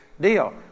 deal